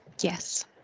Yes